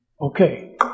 okay